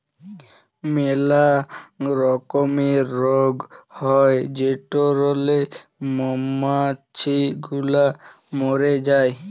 ম্যালা রকমের রগ হ্যয় যেটরলে মমাছি গুলা ম্যরে যায়